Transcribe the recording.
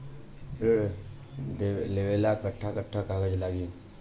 ऋण लेवेला कट्ठा कट्ठा कागज लागी?